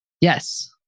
Yes